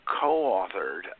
co-authored